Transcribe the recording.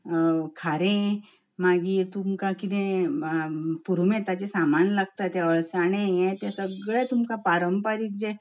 अं अं खारें मागीर तुमकां कितें पुरुमेंताचें सामान लागता तें अळसांणें हें तें सगळें तुमकां पारंपारीक जें